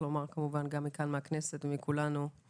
אנחנו מצדיעים גם מפה מהכנסת על העבודה